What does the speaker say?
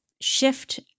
shift